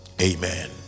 Amen